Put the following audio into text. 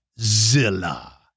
Zilla